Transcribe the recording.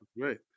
Great